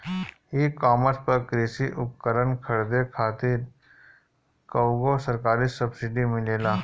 ई कॉमर्स पर कृषी उपकरण खरीदे खातिर कउनो सरकारी सब्सीडी मिलेला?